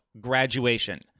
graduation